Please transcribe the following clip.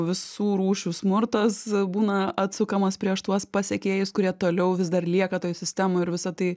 visų rūšių smurtas būna atsukamas prieš tuos pasekėjus kurie toliau vis dar lieka toj sistemoj ir visa tai